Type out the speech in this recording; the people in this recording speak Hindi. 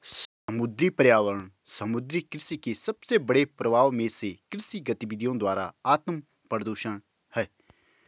समुद्री पर्यावरण समुद्री कृषि के सबसे बड़े प्रभावों में से कृषि गतिविधियों द्वारा आत्मप्रदूषण है